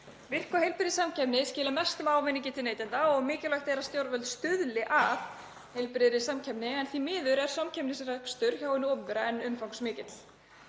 Virk og heilbrigð samkeppni skilar mestum ávinningi til neytenda og mikilvægt er að stjórnvöld stuðli að heilbrigðri samkeppni en því miður er samkeppnisrekstur hjá hinu opinbera enn umfangsmikill.